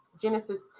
Genesis